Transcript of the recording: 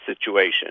situation